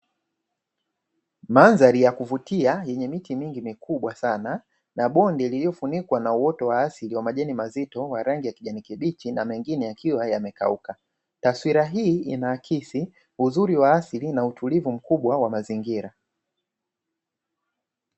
Mandhari ya kuvutia yenye miti mingi mikubwa sana, na bonde lililofunikwa na uoto wa asili wa majani mazito wa rangi ya kijani kibichi, na mengine yakiwa yamekauka. Taswira hii inaakisi uzuri wa asili na utulivu mkubwa wa mazingira.